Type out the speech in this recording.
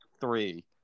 three